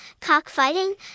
cockfighting